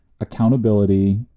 accountability